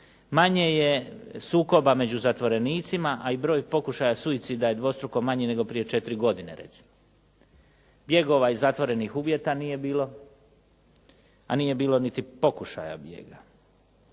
manje je sukoba među zatvorenicima, a i broj pokušaja suicida je dvostruko manji nego prije četiri godine recimo. Bijegova iz zatvorenih uvjeta nije bilo, a nije bilo niti pokušaja bijega.